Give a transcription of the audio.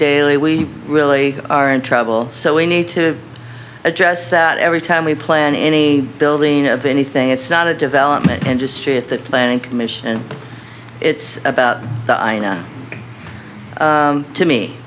daily we really are in trouble so we need to address that every time we plant any building of anything it's not a development industry at the planning commission it's about the i know to me